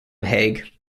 hague